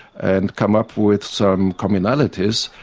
and come up with some commonalities,